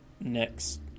next